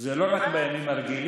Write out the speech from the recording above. זה לא רק בימים הרגילים.